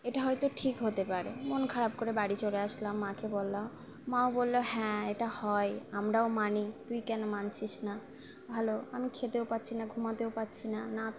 এটা হয়তো ঠিক হতে পারে মন খারাপ করে বাড়ি চলে আসলাম মাকে বললাম মাও বললো হ্যাঁ এটা হয় আমরাও মানি তুই কেন মানছিস না ভালো আমি খেতেও পারছি না ঘুমাতেও পারছি না